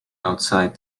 outside